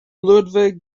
ludwig